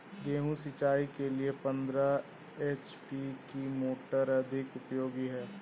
गेहूँ सिंचाई के लिए पंद्रह एच.पी की मोटर अधिक उपयोगी है?